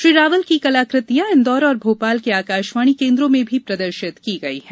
श्री रावल की कलाकृतियां इंदौर और भोपाल के आकाषवाणी केंद्रों में भी प्रदर्षित की गयी है